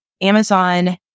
Amazon